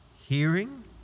Hearing